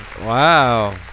Wow